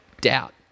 doubt